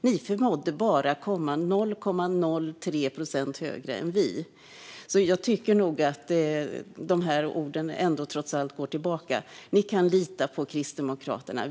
Ni förmådde bara komma 0,03 procentenheter högre än vi, så jag tycker nog ändå att de här orden går tillbaka. Ni kan lita på Kristdemokraterna.